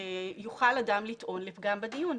יוכל אדם לטעון לפגם בדיון.